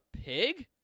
pig